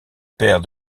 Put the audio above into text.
père